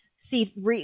see